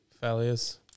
failures